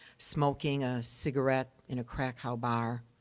smoking a cigarette in a krakow bar,